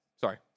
Sorry